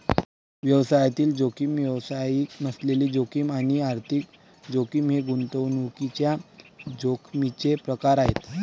व्यवसायातील जोखीम, व्यवसाय नसलेली जोखीम आणि आर्थिक जोखीम हे गुंतवणुकीच्या जोखमीचे प्रकार आहेत